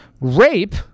rape